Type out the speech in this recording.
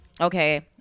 Okay